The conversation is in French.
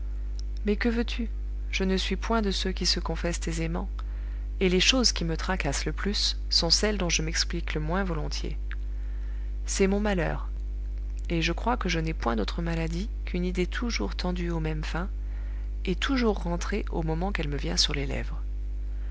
mais que veux-tu je ne suis point de ceux qui se confessent aisément et les choses qui me tracassent le plus sont celles dont je m'explique le moins volontiers c'est mon malheur et je crois que je n'ai point d'autre maladie qu'une idée toujours tendue aux mêmes fins et toujours rentrée au moment qu'elle me vient sur les lèvres